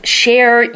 share